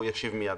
והוא ישיב מיד,